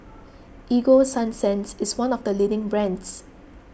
Ego Sunsense is one of the leading brands